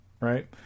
right